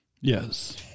Yes